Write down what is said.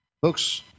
folks